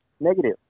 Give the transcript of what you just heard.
negative